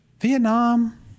Vietnam